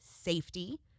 safety